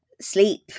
sleep